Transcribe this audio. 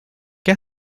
qué